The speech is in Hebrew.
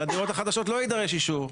הדירות החדשות לא יידרש אישור.